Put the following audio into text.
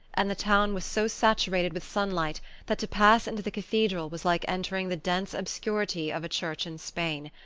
and the town was so saturated with sunlight that to pass into the cathedral was like entering the dense obscurity of a church in spain.